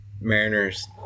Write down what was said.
Mariners